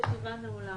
הישיבה נעולה.